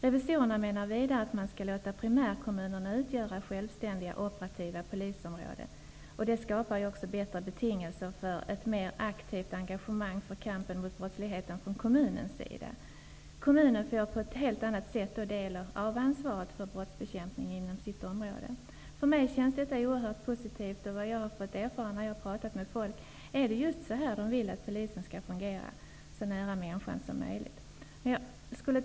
Revisorerna menar vidare att man skall låta primärkommunerna utgöra självständiga operativa polisområden. Det skapar också bättre betingelser för ett mer aktivt engagemang i kampen mot brottsligheten från kommunens sida. Kommunen får på ett helt annat sätt en del av ansvaret för brottsbekämpningen inom sitt område. För mig känns detta oerhört positivt. Jag har erfarit när jag har pratat med folk att det är just på det sättet de vill att polisen skall fungera, dvs. så nära människan som möjligt.